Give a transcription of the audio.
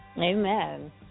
Amen